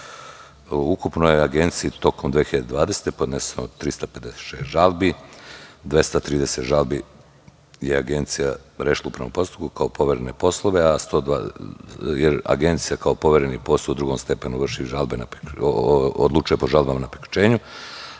je Agenciji tokom 2020. godine podneseno 356 žalbi, 230 žalbi je Agencija rešila u upravnom postupku kao poverene poslove, jer Agencije kao povereni posao u drugom stepenu odlučuje po žalbama na priključenju,